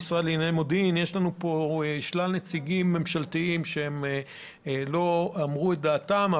המשרד לענייני מודיעין שלל נציגים ממשלתיים שלא אמרו את דעתם.